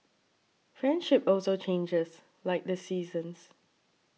friendship also changes like the seasons